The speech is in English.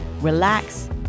relax